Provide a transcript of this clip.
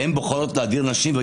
והיא בוחרת להדיר נשים.